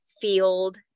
field